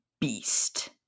beast